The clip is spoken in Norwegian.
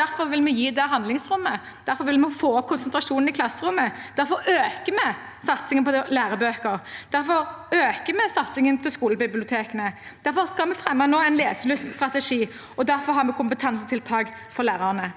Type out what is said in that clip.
Derfor vil vi gi det handlingsrommet. Derfor vil vi få opp konsentrasjonen i klasserommet. Derfor øker vi satsingen på lærebøker. Derfor øker vi satsingen på skolebibliotekene. Derfor skal vi nå fremme en leselyststrategi, og derfor har vi kompetansetiltak for lærerne.